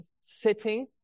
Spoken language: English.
sitting